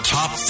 Top